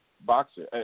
boxer